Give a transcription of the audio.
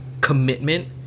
commitment